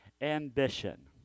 ambition